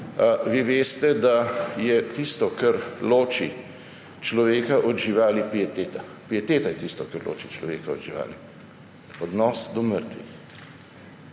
vi veste, da je tisto, kar loči človeka od živali pieteta. Pieteta je tisto, kar loči človeka od živali. Odnos do mrtvih.